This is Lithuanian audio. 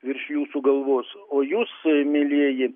virš jūsų galvos o jūs mielieji